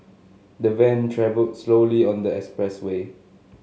the van travelled slowly on the expressway